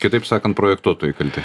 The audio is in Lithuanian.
kitaip sakant projektuotojai kalti